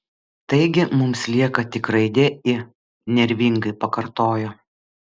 taigi mums lieka tik raidė i nervingai pakartojo